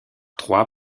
trois